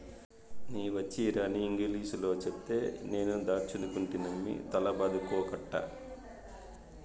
నీ వచ్చీరాని ఇంగిలీసులో చెప్తే నేను దాచ్చనుకుంటినమ్మి తల బాదుకోకట్టా